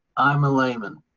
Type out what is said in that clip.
i'm a layman.